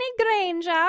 Granger